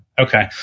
Okay